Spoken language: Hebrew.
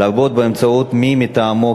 לרבות באמצעות מי מטעמו,